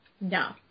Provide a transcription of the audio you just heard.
No